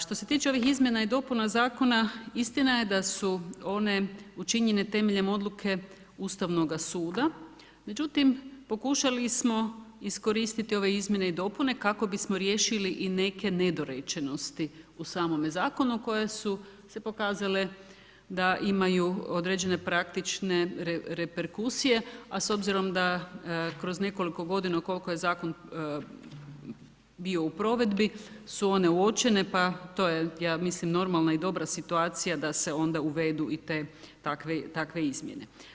Što se tiče ovih izmjena i dopuna zakona, istina je da su one učinjene temeljem odluke Ustavnoga suda, međutim pokušali smo iskoristiti ove izmjene i dopune kako bismo riješili i neke nedorečenosti u samome zakonu koje su se pokazale da imaju određene praktične reperkusije, a s obzirom da kroz nekoliko godina koliko je zakon bio u provedbi su one uočene pa to je ja mislim normalna i dobra situacija da se onda uvedu te takve izmjene.